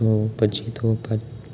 તો પછી તો પા